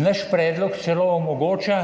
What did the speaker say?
Naš predlog celo omogoča